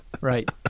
Right